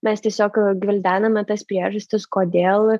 mes tiesiog gvildename tas priežastis kodėl